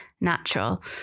natural